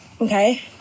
Okay